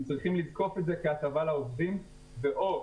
הם צריכים לזקוף את זה כהטבה לעובדים ואז או